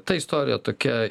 ta istorija tokia